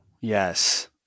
Yes